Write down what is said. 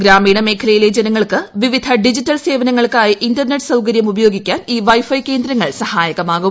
ഗ്രാമീണ മേഖലയിലെ ജനങ്ങൾക്ക് വിവിധ ഡിജിറ്റൽ സേവനങ്ങൾക്കായി ഇന്റർനെറ്റ് സൌകര്യം ഉപയോഗിക്കാൻ ഈ വൈഫൈ കേന്ദ്രങ്ങൾ സഹായകമാകും